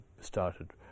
started